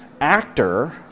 actor